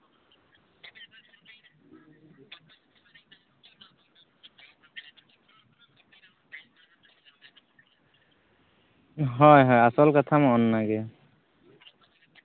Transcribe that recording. ᱦᱳᱭ ᱦᱳᱭ ᱟᱥᱚᱞ ᱠᱟᱛᱷᱟ ᱢᱟ ᱚᱱᱱᱟ ᱜᱮ